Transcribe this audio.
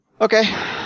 Okay